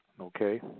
Okay